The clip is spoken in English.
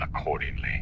accordingly